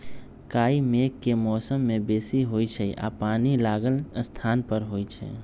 काई मेघ के मौसम में बेशी होइ छइ आऽ पानि लागल स्थान पर होइ छइ